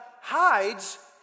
hides